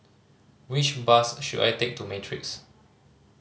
which bus should I take to Matrix